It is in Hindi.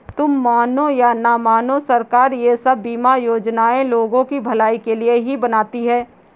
तुम मानो या न मानो, सरकार ये सब बीमा योजनाएं लोगों की भलाई के लिए ही बनाती है